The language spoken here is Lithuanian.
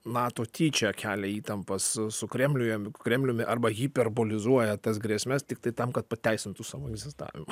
nato tyčia kelia įtampas su kremliuje kremliumi arba hiperbolizuoja tas grėsmes tiktai tam kad pateisintų savo egzistavimą